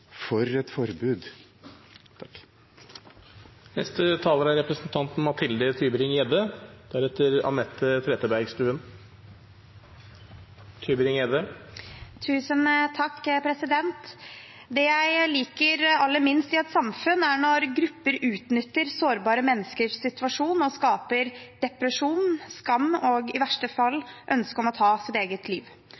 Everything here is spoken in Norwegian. for et forbud. Det jeg liker aller minst i et samfunn, er når grupper utnytter sårbare menneskers situasjon og skaper depresjon, skam og i verste fall